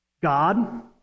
God